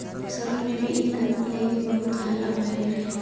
सदन में भी इ कानून के लेके बहुत हल्ला भईल रहे